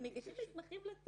--- אני מבקשת מאוד לומר